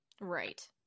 right